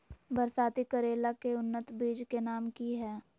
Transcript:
बरसाती करेला के उन्नत बिज के नाम की हैय?